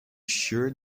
sure